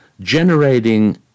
generating